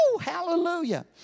hallelujah